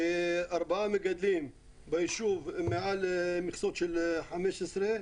שארבעה מגדלים ביישוב מעל מכסות של 15,